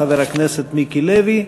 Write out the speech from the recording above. חבר הכנסת מיקי לוי,